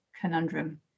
conundrum